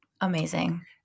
Amazing